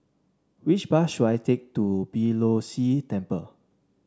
which bus should I take to Beeh Low See Temple